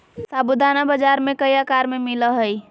साबूदाना बाजार में कई आकार में मिला हइ